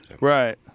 Right